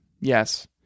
yes